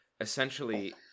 essentially